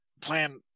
Plan